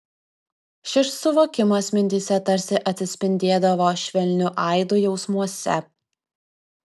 šis suvokimas mintyse tarsi atsispindėdavo švelniu aidu jausmuose